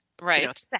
Right